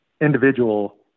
individual